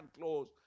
close